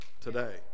today